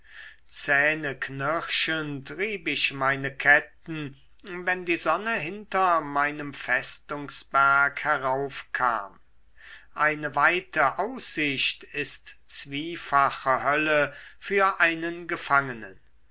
zähneknirschend rieb ich meine ketten wenn die sonne hinter meinem festungsberg heraufkam eine weite aussicht ist zwiefache hölle für einen gefangenen